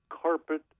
carpet